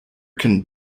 can